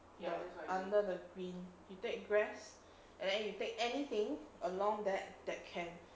under the green you take grasps and then you take anything along that that can